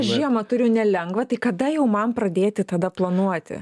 žiemą turiu nelengvą tai kada jau man pradėti tada planuoti